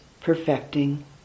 perfecting